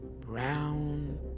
Brown